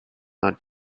not